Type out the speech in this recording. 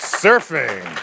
surfing